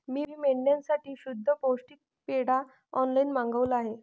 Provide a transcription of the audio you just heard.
मी मेंढ्यांसाठी शुद्ध पौष्टिक पेंढा ऑनलाईन मागवला आहे